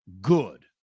good